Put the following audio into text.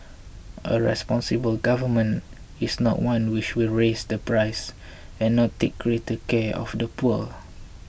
a responsible Government is not one which will raise the price and not take greater care of the poor